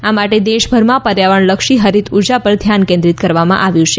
આ માટે દેશભરમાં પર્યાવરણલક્ષી હરિત ઉર્જા પર ધ્યાન કેન્દ્રિત કરવામાં આવ્યું છે